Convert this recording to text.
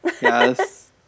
yes